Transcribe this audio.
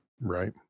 Right